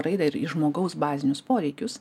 raidą ir į žmogaus bazinius poreikius